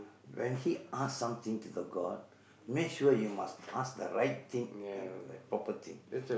when he ask something to the god make sure you must ask the right thing and like proper thing